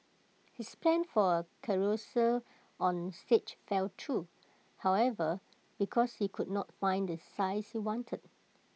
his plan for A carousel on stage fell through however because he could not find the size he wanted